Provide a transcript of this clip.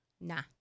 Nah